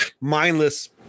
mindless